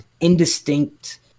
indistinct